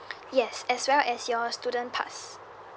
yes as well as your student pass